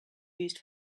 used